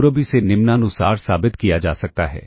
और अब इसे निम्नानुसार साबित किया जा सकता है